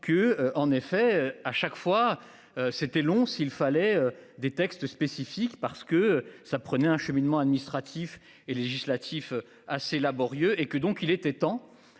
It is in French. que en effet à chaque fois. C'était long, s'il fallait des textes spécifiques parce que ça prenait un cheminement administratif et législatif assez laborieux et que donc il était temps